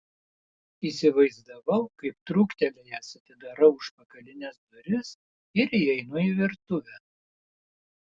įsivaizdavau kaip trūktelėjęs atidarau užpakalines duris ir įeinu į virtuvę